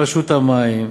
רשות המים,